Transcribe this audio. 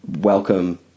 welcome